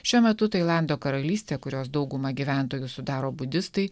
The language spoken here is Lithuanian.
šiuo metu tailando karalystė kurios daugumą gyventojų sudaro budistai